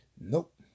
Nope